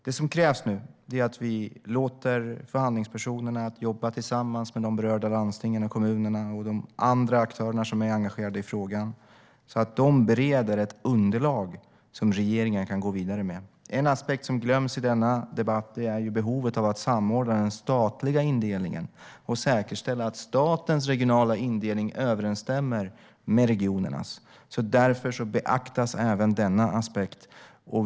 Det som krävs nu är att vi låter förhandlingspersonerna jobba tillsammans med de berörda landstingen och kommunerna och de andra aktörerna som är engagerade i frågan så att de bereder ett underlag som regeringen kan gå vidare med. En aspekt som glöms i denna debatt är behovet av att samordna den statliga indelningen och säkerställa att statens regionala indelning överensstämmer med regionernas. Därför beaktas även denna aspekt.